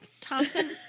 Thompson